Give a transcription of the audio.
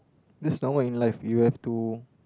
that's normal in life you have to